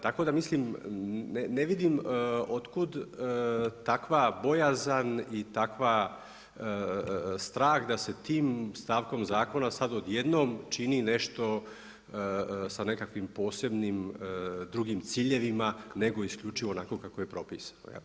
Tako da mislim, ne vidim otkud takva bojazan i takav strah da se tim stavkom zakona sad odjednom čini nešto sa nekakvim posebnim drugim ciljevima, nego isključivo onako kako je propisano, je li.